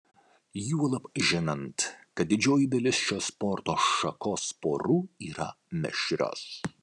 juolab žinant kad didžioji dalis šios sporto šakos porų yra mišrios